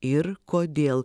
ir kodėl